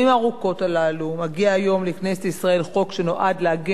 מגיע היום לכנסת ישראל חוק שנועד להגן על אחד היסודות